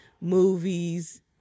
movies